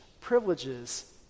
privileges